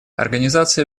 организация